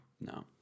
No